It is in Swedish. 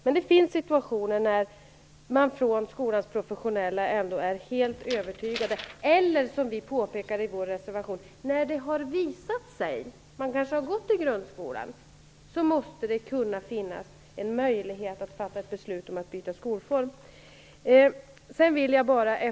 Men det finns situationer när skolans professionella ändå är helt övertygade om att barnet inte klarar av skolgången i grundskolan eller då "det visar sig", som vi formulerar det i vår reservation, att barnet inte klarar av skolgången där. Då måste det finnas möjlighet att fatta beslut om att byta skolform.